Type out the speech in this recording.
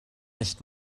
nicht